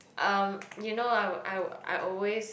um you know I would I I always